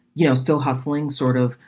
you know, still hustling, sort of.